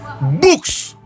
books